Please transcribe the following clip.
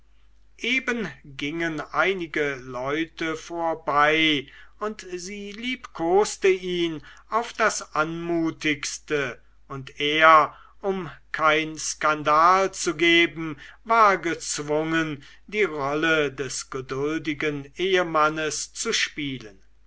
eben gingen einige leute vorbei und sie liebkoste ihn auf das anmutigste und er um kein skandal zu geben war gezwungen die rolle des geduldigen ehemannes zu spielen